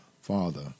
Father